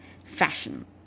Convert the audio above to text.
fashion